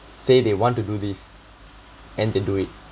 say they want to do this and they do it